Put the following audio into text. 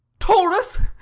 taurus!